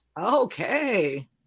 Okay